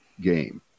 game